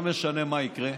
לא משנה מה יקרה.